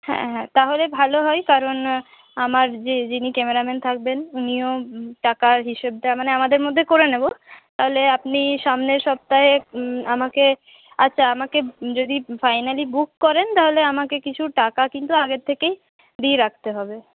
হ্যাঁ হ্যাঁ তাহলে ভালো হয় কারণ আমার যে যিনি ক্যামেরাম্যান থাকবেন উনিও টাকার হিসেবটা মানে আমাদের মধ্যে করে নেব তাহলে আপনি সামনের সপ্তাহে আমাকে আচ্ছা আমাকে যদি ফাইনালি বুক করেন তাহলে আমাকে কিছু টাকা কিন্তু আগের থেকেই দিয়ে রাখতে হবে